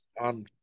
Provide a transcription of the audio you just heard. on